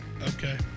Okay